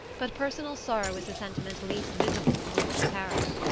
but personal sorrow is the sentiment least visible in the look of paris.